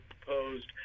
proposed